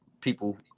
people